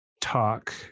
talk